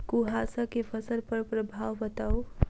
कुहासा केँ फसल पर प्रभाव बताउ?